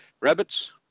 rabbits